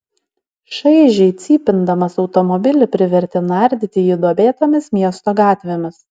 šaižiai cypindamas automobilį privertė nardyti jį duobėtomis miesto gatvėmis